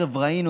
הערב ראינו